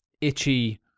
itchy